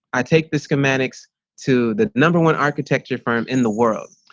i take the schematics to the number one architecture firm in the world.